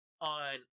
on